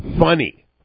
funny